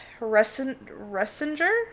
Ressinger